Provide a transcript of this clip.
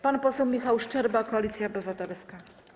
Pan poseł Michał Szczerba, Koalicja Obywatelska.